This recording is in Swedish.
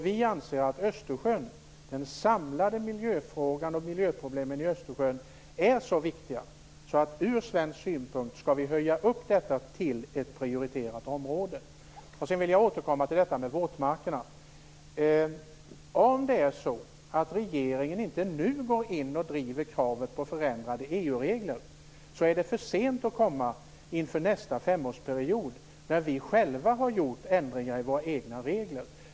Vi anser att miljöproblemen i Östersjön är så viktiga ur svensk synpunkt att vi skall göra dem till ett prioriterat område. Jag vill återkomma till frågan om våtmarkerna. Om regeringen inte nu driver kravet på en förändring av EU-reglerna blir det för sent att göra det inför nästa femårsperiod, när vi har gjort förändringar i våra egna regler.